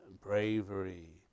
bravery